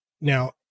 now